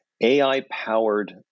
AI-powered